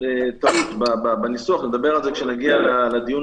טעות בניסוח נדבר על זה כשנגיע לדיון